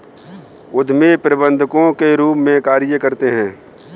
उद्यमी प्रबंधकों के रूप में कार्य करते हैं